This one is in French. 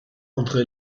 entre